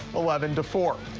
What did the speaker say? eleven and four.